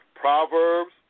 Proverbs